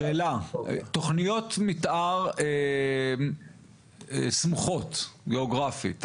אבל שאלה תוכניות מתאר סמוכות גיאוגרפית,